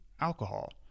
alcohol